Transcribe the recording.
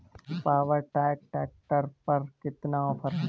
Power track tractor पर कितना offer है?